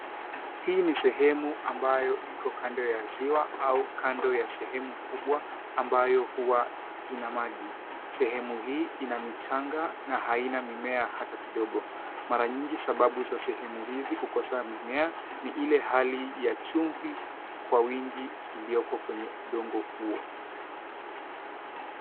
Hii ni sehemu ambayo iko kando ya ziwa au kando ya sehemu kubwa, ambayo huwa ina maji. Sehemu hii ina michanga, na haina mimea hata kidogo, mara nyingi sababu za sehemu hizi kukusa mimea ni ile hali ya chumvi kwa wingi iloko kwenye udongo huo.